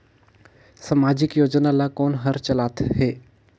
समाजिक योजना ला कोन हर चलाथ हे?